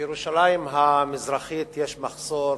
בירושלים המזרחית יש מחסור